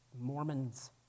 Mormons